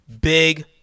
big